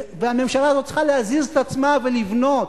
והממשלה הזאת צריכה להזיז את עצמה ולבנות,